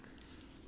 bulk up